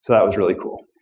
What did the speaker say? that was really cool.